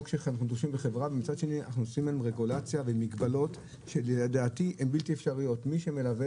אבל גם מטילים עליהם מגבלות שלדעתי הן בלתי אפשרויות.